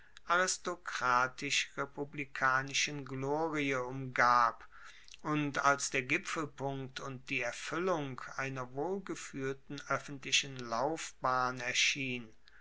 aristokratisch republikanischen glorie umgab und als der gipfelpunkt und die erfuellung einer wohlgefuehrten oeffentlichen laufbahn erschien